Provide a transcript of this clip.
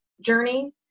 journey